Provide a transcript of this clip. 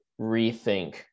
rethink